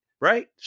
right